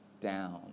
down